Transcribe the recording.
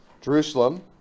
Jerusalem